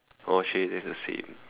oh !chey! then it's the same